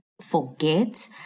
forget